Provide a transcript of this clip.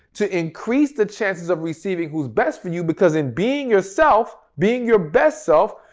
to increase the chances of receiving who's best for you because in being yourself, being your best self,